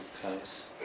close